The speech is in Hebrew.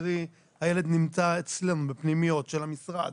קרי הילד נמצא בפנימיות של המשרד